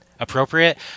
appropriate